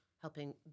helping